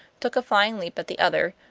took a flying leap at the other,